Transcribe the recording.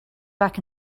back